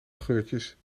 geurtjes